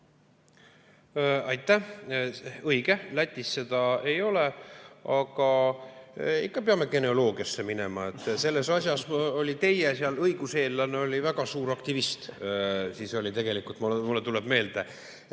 Aitäh! Õige, Lätis seda ei ole. Aga ikka peame geneoloogiasse minema. Selles asjas oli teie õiguseellane väga suur aktivist, tegelikult, mulle tuleb meelde,